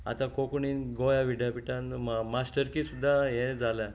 आतां कोंकणींत गोंया विद्यापिठांत मास्टरकी सुद्दां हें जाल्या आनी